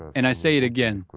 and i say it again,